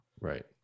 Right